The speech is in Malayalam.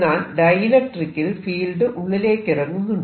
എന്നാൽ ഡൈഇലക്ട്രികിൽ ഫീൽഡ് ഉള്ളിലേക്ക് ഇറങ്ങുന്നുണ്ട്